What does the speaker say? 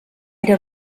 era